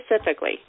specifically